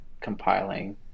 compiling